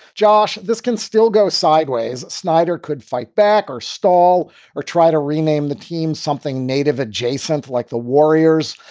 josh, this can still go sideways. snyder could fight back or stall or try to rename the team something native at j. center, like the warriors.